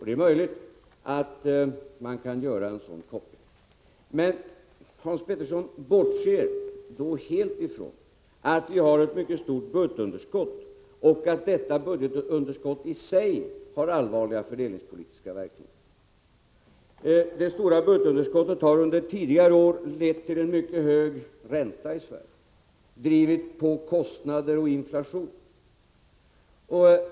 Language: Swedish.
Det är möjligt att man kan göra en sådan koppling. Men Hans Petersson bortser då helt från att vi har ett mycket stort budgetunderskott och att detta budgetunderskott i sig har allvarliga fördelningspolitiska verkningar. Det stora budgetunderskottet har under tidigare år lett till en mycket hög ränta i Sverige och drivit på kostnader och inflation.